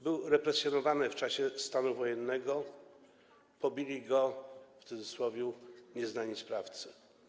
Był represjonowany w czasie stanu wojennego, pobili go, w cudzysłowie, nieznani sprawcy.